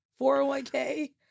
401k